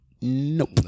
nope